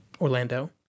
Orlando